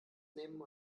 nehmen